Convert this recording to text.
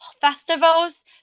festivals